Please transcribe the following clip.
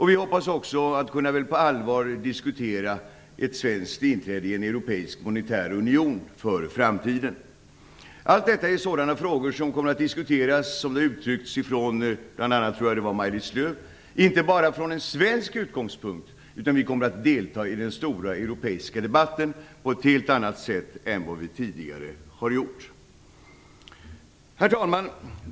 Vi hoppas också att på allvar kunna diskutera ett svenskt inträde i en europeisk monetär union i framtiden. Allt detta är sådana frågor som kommer att diskuteras som det har uttryckts, bl.a. från Maj-Lis Lööw, inte bara från en svensk utgångspunkt, utan vi kommer att delta i den stora europeiska debatten på ett helt annat sätt än vad vi har gjort tidigare. Herr talman!